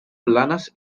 planes